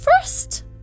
first